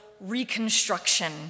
reconstruction